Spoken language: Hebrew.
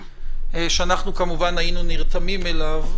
שאנחנו כמובן היינו נרתמים אליו,